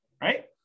right